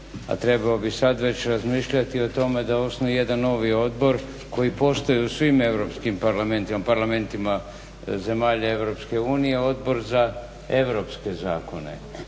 a trebao bi sad već razmišljati o tome da osnuje jedan novi odbor koji postoji u svim europskim parlamentima, parlamentima zemalja Europske unije, Odbor za europske zakona.